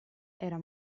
era